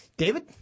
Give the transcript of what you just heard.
David